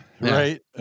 Right